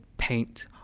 paint